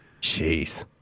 Jeez